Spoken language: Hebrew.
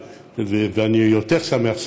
ואני יותר שמח,